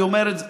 אני אומר את זה,